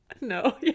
No